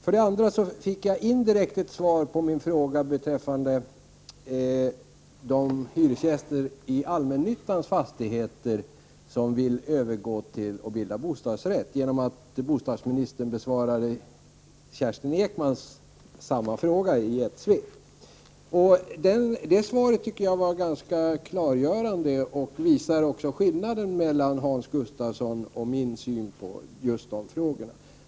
För det andra fick jag indirekt ett svar på min fråga beträffande de hyresgäster i allmännyttans fastigheter som vill bilda bostadsrätter. Kerstin Ekman har nämligen ställt samma fråga, och bostadsministern besvarade våra frågor i ett svep. Det svaret tycker jag var ganska klargörande, och det visar också skillnaden mellan Hans Gustafssons och min syn på de här frågorna.